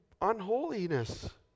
unholiness